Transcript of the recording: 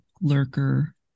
lurker